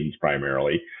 primarily